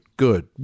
good